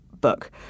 book